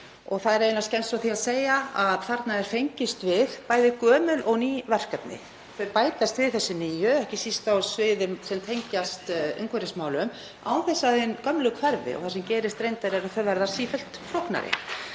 Það er skemmst frá því að segja að þarna er fengist við bæði gömul og ný verkefni. Þessi nýju bætast ekki síst við á sviðum sem tengjast umhverfismálum, án þess að hin gömlu hverfi og það sem gerist reyndar er að þau verða sífellt flóknari.